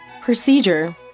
Procedure